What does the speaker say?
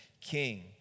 King